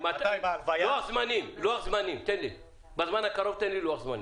אותה חברה זרה לא תשלם מיסים בישראל כמו החברות הישראליות.